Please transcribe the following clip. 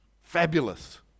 fabulous